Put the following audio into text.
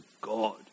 God